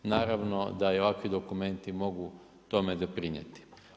Naravno da i ovakvi dokumenti mogu tome doprinijeti.